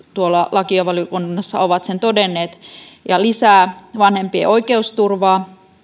lakivaliokunnassa ovat todenneet ja lisää vanhempien oikeusturvaa